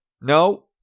No